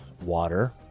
water